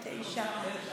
חבר הכנסת סגן השר יצחק כהן,